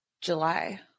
July